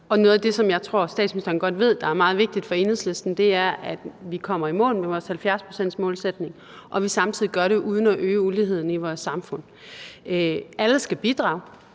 Noget af det, som jeg tror statsministeren godt ved er meget vigtigt for Enhedslisten, er, at vi kommer i mål med vores 70-procentsmålsætning, og at vi samtidig gør det uden at øge uligheden i vores samfund. Alle skal bidrage.